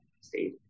state